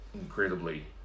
Incredibly